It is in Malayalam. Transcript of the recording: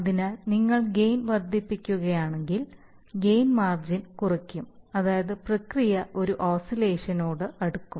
അതിനാൽ നിങ്ങൾ ഗെയിൻ വർദ്ധിപ്പിക്കുകയാണെങ്കിൽ ഗെയിൻ മാർജിൻ കുറയ്ക്കും അതായത് പ്രക്രിയ ഒരു ഓസിലേഷൻ നോട് അടുക്കും